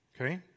Okay